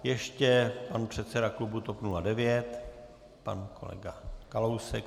Ještě pan předseda klubu TOP 09, pan kolega Kalousek.